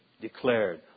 declared